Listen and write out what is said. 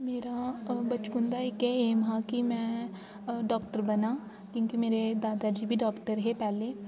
मेरा बचपन दा इक्कै ऐम हा की में डॉक्टर बनांऽ क्योंकि मेरे दादा जी बी डॉक्टर हे पैह्ले